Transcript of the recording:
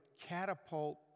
catapult